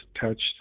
touched